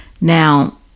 Now